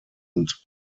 und